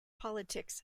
politics